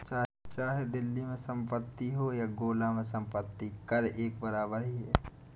चाहे दिल्ली में संपत्ति लो या गोला में संपत्ति कर एक बराबर ही है